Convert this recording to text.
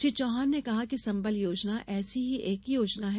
श्री चौहान ने कहा कि संबल योजना ऐसी ही एक योजना है